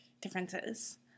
differences